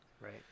Right